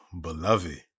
beloved